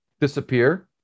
disappear